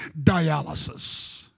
dialysis